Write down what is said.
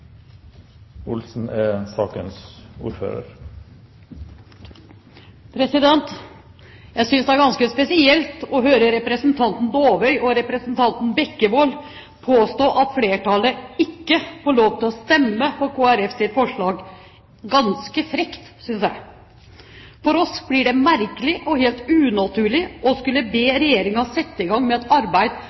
ganske spesielt å høre representanten Dåvøy og representanten Bekkevold påstå at flertallet ikke får lov til å stemme for Kristelig Folkepartis forslag. Det er ganske frekt, synes jeg. For oss blir det merkelig og helt unaturlig å skulle be Regjeringen sette i gang med et arbeid